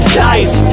life